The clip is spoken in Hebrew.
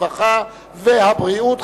הרווחה והבריאות,